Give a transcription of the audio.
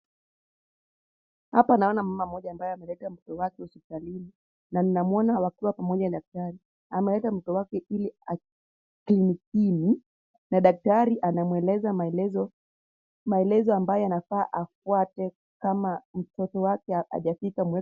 Hapa naona mama mmoja ambaye ameleta mtoto wake hospitalini ,na namwona wakiwa pamoja na daktari ,ameleta mtoto wake klinikini na daktari anampea maelezo ambayo anafaa afuate kama mtoto wake hajafika mwezi.